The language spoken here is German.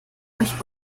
euch